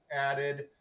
added